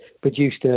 produced